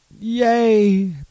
Yay